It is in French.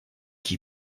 qui